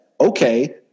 okay